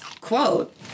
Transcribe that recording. quote